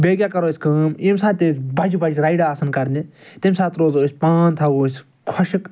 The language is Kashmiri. بیٚیہِ کیٛاہ کَرَو أسۍ کٲم ییٚمہِ ساتہٕ تہِ بَجہٕ بَجہٕ رایِڈٕ آسَن کرنہِ تٔمۍ ساتہٕ روزَو أسۍ پان تھاوَو أسۍ خۄشَک